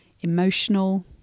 emotional